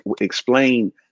explain